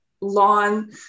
lawn